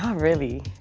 um really.